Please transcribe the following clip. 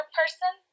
person